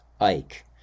Ike